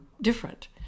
different